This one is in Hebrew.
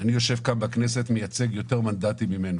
אני יושב גם בכנסת, מייצג יותר מנדטים ממנו.